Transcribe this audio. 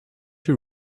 you